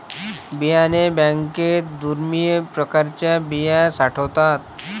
बियाणे बँकेत दुर्मिळ प्रकारच्या बिया साठवतात